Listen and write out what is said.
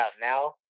now